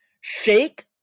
shake